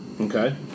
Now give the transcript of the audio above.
Okay